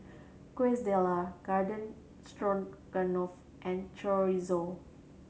Quesadillas Garden Stroganoff and Chorizo